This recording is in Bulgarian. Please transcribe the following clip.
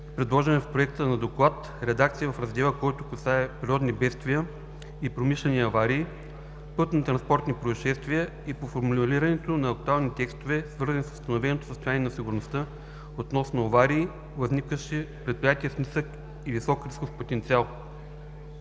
предложени в Проекта на доклад, редакция в раздела, който касае природни бедствия и промишлени аварии, пътно-транспортни произшествия и по формулирането на актуални текстове, свързани с установеното състояние на сигурността, относно аварии, възникващи в предприятия с нисък и висок рисков потенциал.